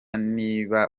niba